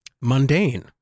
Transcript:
mundane